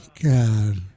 God